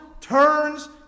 turns